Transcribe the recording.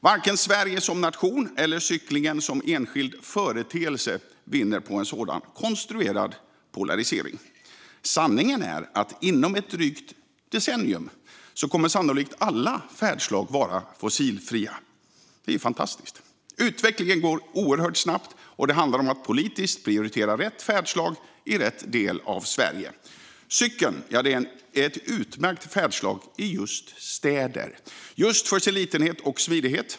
Varken Sverige som nation eller cyklingen som enskild företeelse vinner på en sådan konstruerad polarisering. Sanningen är att inom ett drygt decennium kommer sannolikt alla färdslag att vara fossilfria. Det är fantastiskt! Utvecklingen går oerhört snabbt, och det handlar om att politiskt prioritera rätt färdslag i rätt del av Sverige. Cykeln är ett utmärkt färdslag i just städer på grund av sin litenhet och smidighet.